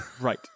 Right